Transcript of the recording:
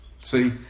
See